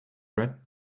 red